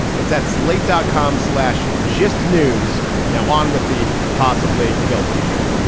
it's at slate dot com slash just news now on what the possibly filthy shep